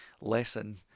lesson